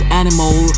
animal